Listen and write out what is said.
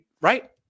right